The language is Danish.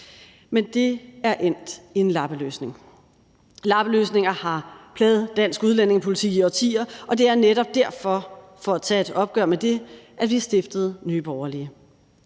Men det er endt i en lappeløsning. Lappeløsninger har plaget dansk udlændingepolitik i årtier, og det er netop derfor, altså for at tage et opgør med det, at vi stiftede Nye Borgerlige.